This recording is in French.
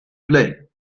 plait